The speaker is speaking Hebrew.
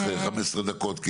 15 דקות,